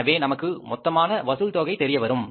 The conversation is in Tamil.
எனவே நமக்கு மொத்தமான வசூல் தொகை தெரியவரும்